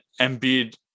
Embiid